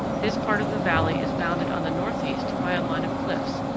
this part of the valley is bounded on the northeast by a line of cliffs,